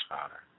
Father